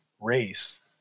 race